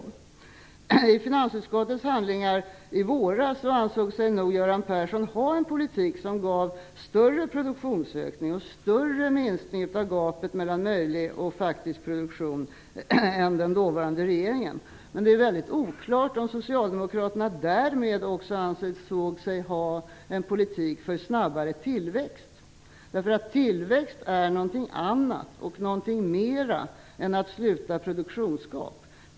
Att döma av finansutskottets handlingar från i våras ansåg sig nog Göran Persson ha en politik som skulle ge större produktionsökningar och en större minskning av gapet mellan möjlig och faktisk produktion jämfört med den dåvarande regeringen. Men det är väldigt oklart om Socialdemokraterna därmed också ansåg sig ha en politik för snabbare tillväxt. Tillväxt är ju något annat och något mera än att sluta produktionsgap.